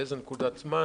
באיזו נקודת זמן